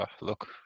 Look